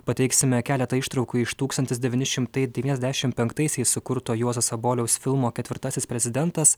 pateiksime keletą ištraukų iš tūkstantis devyni šimtai devyniasdešim penktaisiais sukurto juozo saboliaus filmo ketvirtasis prezidentas